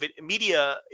media